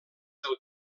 del